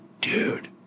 Dude